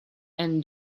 and